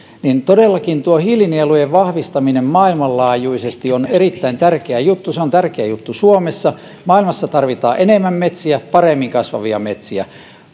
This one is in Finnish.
niin todellakin tuo hiilinielujen vahvistaminen maailmanlaajuisesti on erittäin tärkeä juttu ja se on tärkeä juttu suomessa maailmassa tarvitaan enemmän metsiä paremmin kasvavia metsiä